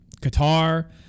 Qatar